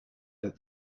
that